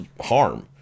harm